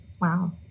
Wow